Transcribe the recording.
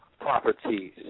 properties